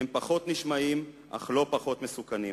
הם פחות נשמעים אך הם לא פחות מסוכנים,